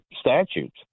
statutes